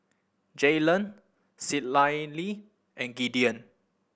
Jaylen Citlalli and Gideon